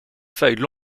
feuilles